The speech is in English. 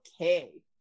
Okay